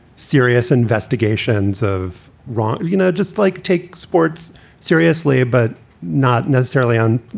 serious investigations of wrong. you know, just like take sports seriously, but not necessarily on,